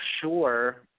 sure